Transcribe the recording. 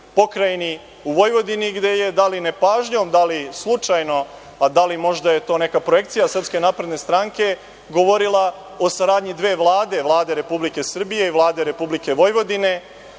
pokrajini, u Vojvodini, gde je da li nepažnjom, da li slučajno, a da li je to možda neka projekcija SNS, govorila o saradnji dve vlade, Vlade Republike Srbije i Vlade republike Vojvodine